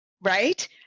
Right